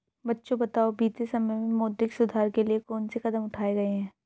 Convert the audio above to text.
बच्चों बताओ बीते समय में मौद्रिक सुधार के लिए कौन से कदम उठाऐ गए है?